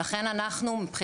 לכן אנחנו מבחינתנו,